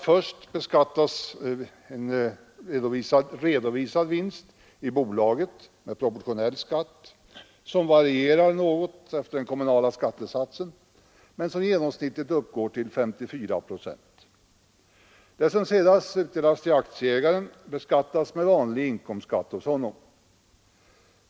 Först beskattas redovisad vinst i bolaget med proportionell skatt, som varierar något efter den kommunala skattesatsen men som genomsnittligt uppgår till 54 procent. Den vinst som sedan utdelas till aktieägaren beskattas med vanlig inkomstskatt hos honom.